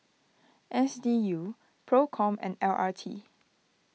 S D U Procom and L R T